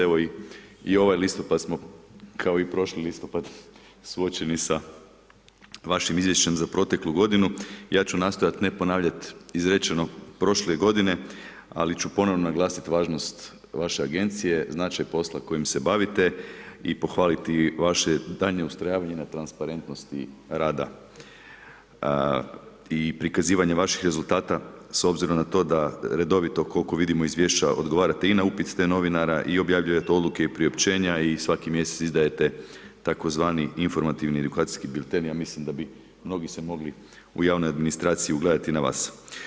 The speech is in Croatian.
Evo, i ovaj listopad smo, kao i prošli listopad suočeni sa vašim izvješćem za proteklu g. ja ću nastojati ne ponavljati izrečeno prošle g. ali ću ponovno naglasiti važnost vaše agencije, značaj i posla kojim se bavite i pohvaliti vaše daljnje ustrojavanja na transparentnosti rada i prikazivanje vaših rezultata s obzirom na to da redovito, koliko vidimo na izvješća odgovarate i na upit te novinara i objavljujte odluke i priopćenja i svaki mjeseci izdajete tzv. informativni edukacijski … ja mislim da bi mogli se mogli u javnoj administraciji ugledati na vas.